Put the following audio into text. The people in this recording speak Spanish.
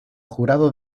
jurados